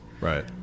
right